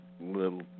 little